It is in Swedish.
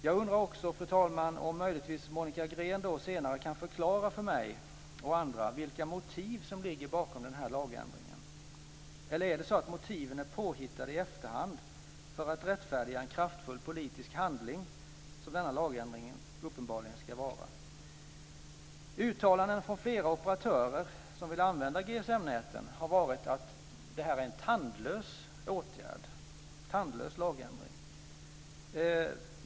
Jag undrar också, fru talman, om Monica Green senare möjligtvis kan förklara för mig och andra vilka motiv som ligger bakom denna lagändring. Är det så att motiven är påhittade i efterhand för att rättfärdiga en kraftfull politisk handling, som denna lagändring uppenbarligen ska vara? Uttalanden från flera operatörer som vill använda GSM-näten har gått ut på att det är en tandlös åtgärd och en tandlös lagändring.